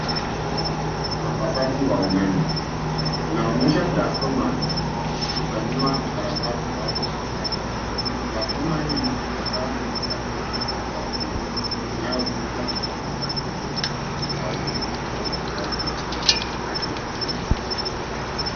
Hii ni usambazaji wa umeme, inaonyesha transfoma, ikifanyiwa ukarabati, au ufungaji. Transfoma hii, ni kifaa muhimu katika kituo cha umeme, inayotumika kubadilisha volteji ya umeme kutoka kiwango kimoja, hadi kingine